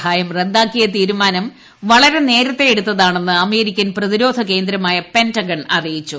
സഹായം റദ്ദാക്കിയ തീരുമാനം വളരെ നേരത്തെ എടുത്താണെന്ന് അമേരിക്കൻ പ്രതിരോധ ക്യേന്ദ്രമായ പെന്റഗൺ അറിയിച്ചു